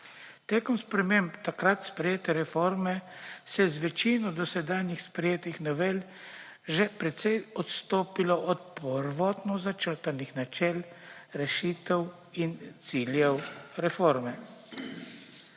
Tekom sprememb takrat sprejete reforme, se je z večino dosedanjih sprejetih novel že precej odstopilo od prvotno začrtanih načel, rešitev in ciljev reforme.